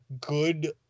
good